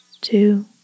Two